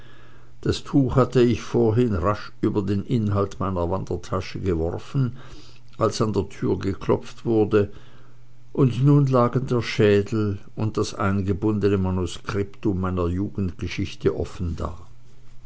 dieses tuch hatte ich vorhin rasch über den inhalt meiner wandertasche geworfen als an der türe geklopft wurde und nun lagen der schädel und das eingebundene manuskriptum meiner jugendgeschichte offen da